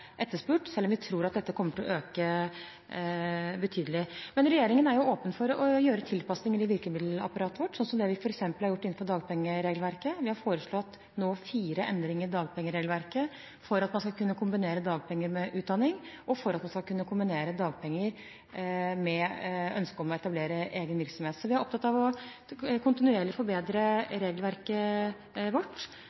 etterspurt, selv om vi tror dette kommer til å øke betydelig. Men regjeringen er åpen for å gjøre tilpasninger i virkemiddelapparatet vårt, slik vi f.eks. har gjort innenfor dagpengeregelverket. Vi har nå foreslått fire endringer i dagpengeregelverket for at man skal kunne kombinere dagpenger med utdanning, og for at man skal kunne kombinere dagpenger med ønsket om å etablere egen virksomhet. Vi er opptatt av kontinuerlig å forbedre